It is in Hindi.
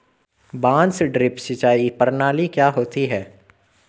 बांस ड्रिप सिंचाई प्रणाली क्या होती है?